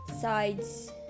sides